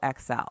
XL